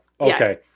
Okay